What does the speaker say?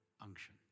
unction